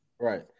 right